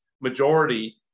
majority